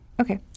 Okay